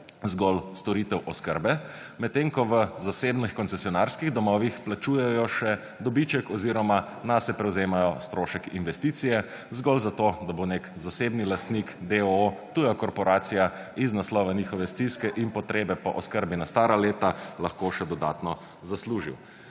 zgolj storitev oskrbe, med tem ko v zasebnih koncsionarskih domovih plačujejo še dobiček oziroma nase prevzemajo strošek investicije zgolj zato, da bo nek zasebni lastnik d.o.o. tuja korporacija iz naslova njihove stiske in potrebe po oskrbi na stara leta lahko še dodatno zaslužil.